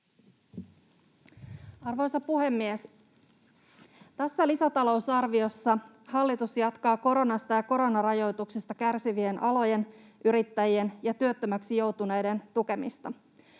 Arvoisa puhemies! Tässä lisätalousarviossa hallitus jatkaa koronasta ja koronarajoituksista kärsivien alojen ja yrittäjien sekä työttömäksi joutuneiden tukemista.